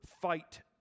fight